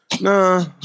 Nah